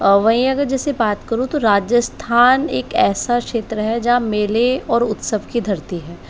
वहीं अगर जैसे बात करूँ तो राजस्थान एक ऐसा क्षेत्र है जहाँ मेले और उत्सव की धरती है